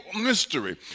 mystery